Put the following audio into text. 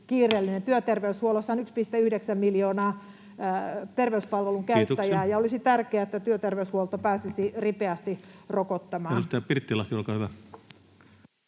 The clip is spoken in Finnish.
koputtaa] Työterveyshuollossa on 1,9 miljoonaa terveyspalvelun käyttäjää, [Puhemies: Kiitoksia!] ja olisi tärkeää, että työterveyshuolto pääsisi ripeästi rokottamaan. Edustaja Pirttilahti, olkaa hyvä.